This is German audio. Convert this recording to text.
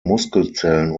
muskelzellen